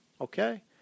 okay